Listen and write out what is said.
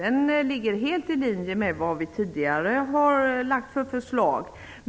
Det ligger helt i linje med vad vi tidigare föreslagit.